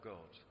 God